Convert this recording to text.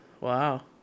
Wow